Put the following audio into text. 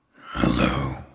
Hello